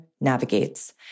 navigates